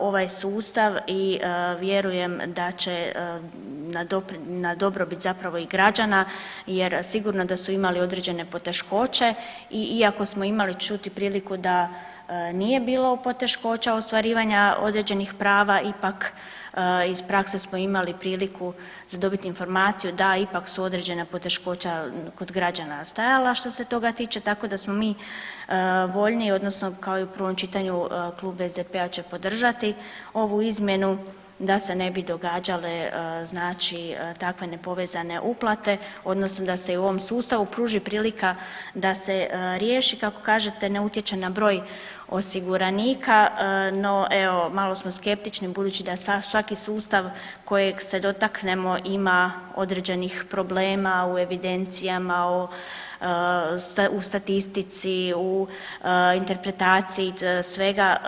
ovaj sustav i vjerujem da će na dobrobit zapravo i građana jer sigurno da su imali određene poteškoće i iako smo imali čuti priliku da nije bilo poteškoća ostvarivanja određenih prava ipak iz prakse smo imali priliku za dobit informaciju da ipak su određena poteškoća kod građana stajala što se toga tiče, tako da smo mi voljni odnosno kao i u prvom čitanju Klub SDP-a će podržati ovu izmjenu da se ne bi događale znači takve nepovezane uplate odnosno da se i ovom sustavu pruži prilika da se riješi i kako kažete ne utječe na broj osiguranika, no evo malo smo skeptični budući da svaki sustav kojeg se dotaknemo ima određenih problema u evidencijama o, u statistici, u interpretaciji svega.